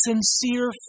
sincere